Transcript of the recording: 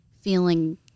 feeling